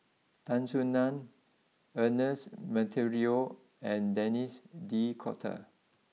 Tan Soo Nan Ernest Monteiro and Denis D'Cotta